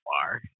far